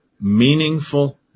Meaningful